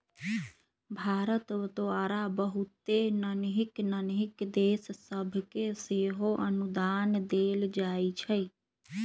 भारत द्वारा बहुते नन्हकि नन्हकि देश सभके सेहो अनुदान देल जाइ छइ